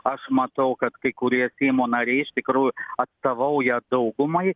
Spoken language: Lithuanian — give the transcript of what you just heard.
aš matau kad kai kurie seimo nariai iš tikrųjų atstovauja daugumai